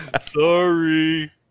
Sorry